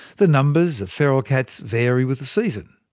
the numbers of feral cats vary with the season.